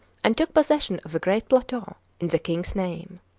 and took possession of the great plateau in the king's name.